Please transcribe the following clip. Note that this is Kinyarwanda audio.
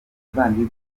ivanjili